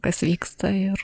kas vyksta ir